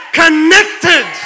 connected